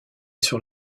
sur